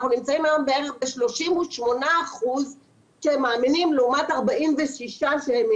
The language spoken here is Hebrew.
אנחנו נמצאים היום בערך ב-38% שהם מאמינים לעומת 46% שהאמינו.